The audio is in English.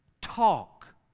talk